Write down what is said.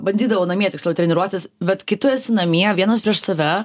bandydavau namie tiksliau treniruotis bet kai tu esi namie vienas prieš save